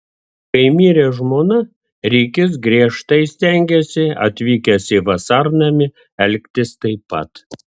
kai mirė žmona rikis griežtai stengėsi atvykęs į vasarnamį elgtis taip pat